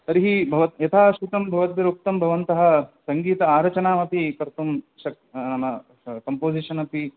तर्हि भवत् यथा श्रुतं भवद्भिरुक्तं भवन्तः सङ्गीत आरचनामपि कर्तुं शक् नाम कम्पोसिशन् अपि